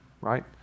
right